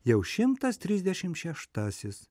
jau šimtas trisdešim šeštasis